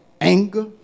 anger